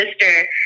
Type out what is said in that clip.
sister